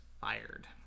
fired